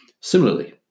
Similarly